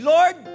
Lord